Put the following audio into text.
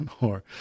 more